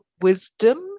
wisdom